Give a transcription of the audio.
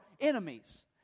enemies